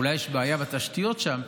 אולי יש בעיה בתשתיות שם,